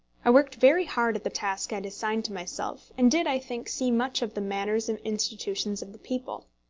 i worked very hard at the task i had assigned to myself, and did, i think, see much of the manners and institutions of the people.